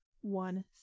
one